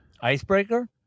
icebreaker